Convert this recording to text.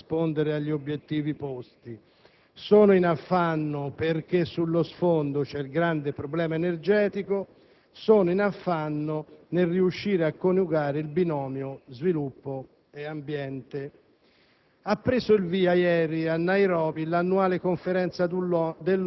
Sono in affanno perché i sistemi industriali mostrano vischiosità nel rispondere agli obiettivi posti; sono in affanno perché sullo sfondo vi è il grande problema energetico; sono in affanno nel riuscire a coniugare il binomio sviluppo e ambiente.